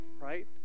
right